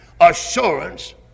assurance